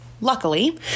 luckily